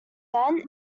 then